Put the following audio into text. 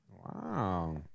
Wow